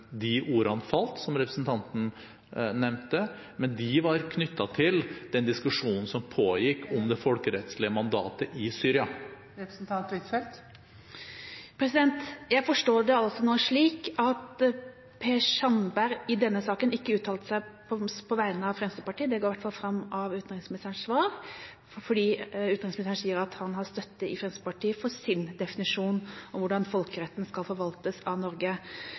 de ordene som falt, var knyttet til den diskusjonen som pågikk, om det folkerettslige mandatet i Syria. Jeg forstår det altså nå slik at Per Sandberg i denne saka ikke uttalte seg på vegne av Fremskrittspartiet. Det går i hvert fall fram av utenriksministerens svar, fordi utenriksministeren sier at han har støtte i Fremskrittspartiet for sin definisjon av hvordan folkeretten skal forvaltes av Norge.